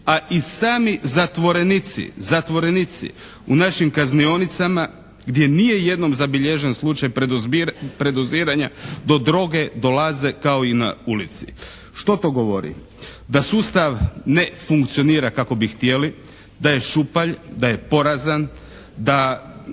Zatvorenici u našim kaznionicama gdje nije jednom zabilježen slučaj predoziranja do droge dolaze kao i na ulici. Što to govori? Da sustav ne funkcionira kako bi htjeli, da je šupalj, da je porazan, da